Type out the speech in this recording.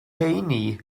rheiny